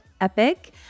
epic